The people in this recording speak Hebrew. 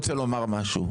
אני רוצה לומר משהו,